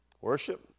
Worship